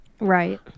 Right